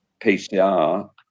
PCR